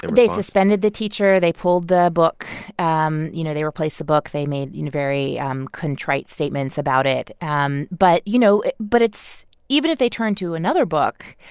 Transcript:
they suspended the teacher. they pulled the book. um you know, they replaced the book. they made very contrite statements about it. um but, you know, but it's even if they turned to another book,